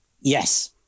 Yes